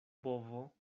bovo